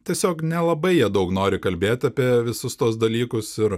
tiesiog nelabai jie daug nori kalbėt apie visus tuos dalykus ir